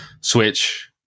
Switch